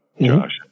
josh